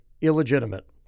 illegitimate